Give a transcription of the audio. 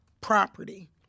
property